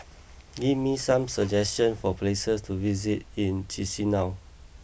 give me some suggestions for places to visit in Chisinau